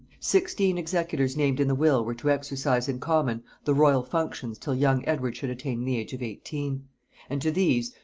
sixteen executors named in the will were to exercise in common the royal functions till young edward should attain the age of eighteen and to these,